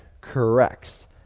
corrects